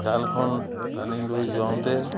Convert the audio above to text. জালখন পানীলৈ যাওঁতে